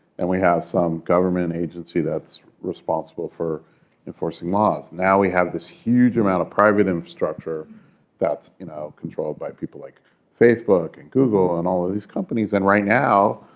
and we have some government agency that's responsible for enforcing laws. now we have this huge amount of private infrastructure that's you know controlled by people like facebook and google and all of these companies. and right now,